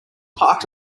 parked